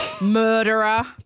murderer